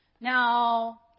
Now